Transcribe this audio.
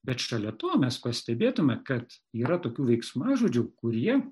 bet šalia to mes pastebėtume kad yra tokių veiksmažodžių kurie